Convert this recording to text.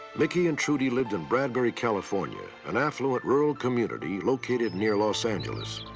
mickey and trudy lived and bradbury, california, an affluent rural community located near los angeles.